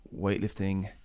weightlifting